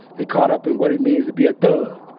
they caught up in what it means to be a thug.